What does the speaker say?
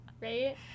right